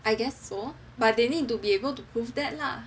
I guess so but they need to be able to prove that lah